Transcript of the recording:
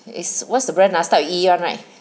it's what's the brand ah start with E right